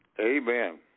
Amen